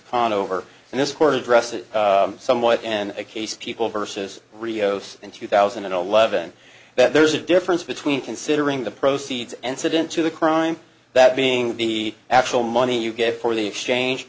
versus on over and this court addresses somewhat in a case people versus rios in two thousand and eleven that there's a difference between considering the proceeds and said into the crime that being the actual money you get for the exchange